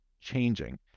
changing